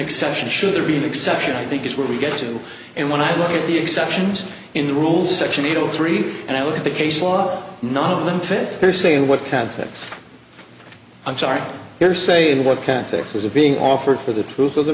exception should there be an exception i think is where we get to and when i look at the exceptions in the rules section eight zero three and i look at the case law not on the fifth they're saying what counted i'm sorry hearsay and what context is being offered for the truth of the